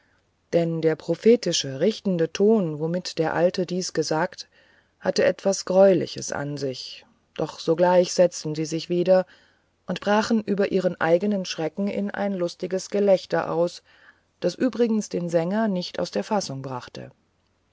denn der prophetische richtende ton womit der alte dies sagte hatte etwas greuliches an sich doch sogleich setzten sie sich wieder und brachen über ihren eigenen schrecken in ein lustiges gelächter aus das übrigens den sänger nicht aus der fassung brachte